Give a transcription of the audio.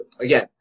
again